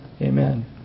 Amen